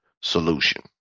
solution